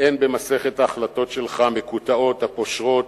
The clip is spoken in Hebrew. אין במסכת ההחלטות שלך, המקוטעות, הפושרות,